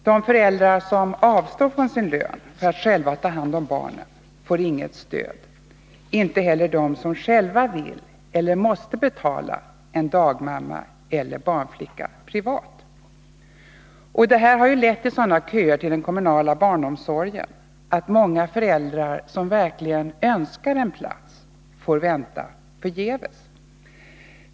De föräldrar som avstår från sin lön för att själva ta hand om barnen får inget stöd, inte heller de som själva vill eller måste betala en dagmamma eller en barnflicka privat. Detta harlett till sådana köer till den kommunala barnomsorgen att många föräldrar som verkligen önskar en plats får vänta förgäves.